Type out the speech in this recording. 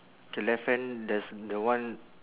the left hand there's the one